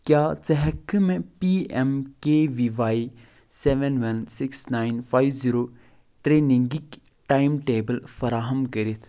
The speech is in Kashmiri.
کیٛاہ ژٕ ہٮ۪ککھہٕ مےٚ P M K V Y seven one six nine five zero ٹرٛینِنٛگِک ٹایم ٹیبل فراہم کٔرتھ